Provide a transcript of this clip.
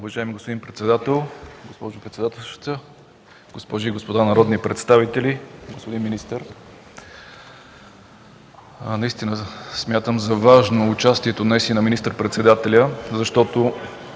уважаема госпожо председателстваща, госпожи и господа народни представители, господин министър! Наистина смятам за важно участието на министър-председателя, защото